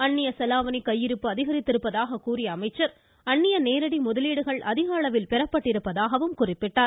அன்னிய செலாவணி கையிருப்பு அதிகரித்திருப்பதாக கூறிய அவர் அன்னிய நேரடி முதலீடுகள் அதிக அளவில் பெறப்பட்டிருப்பதாகவும் குறிப்பிட்டார்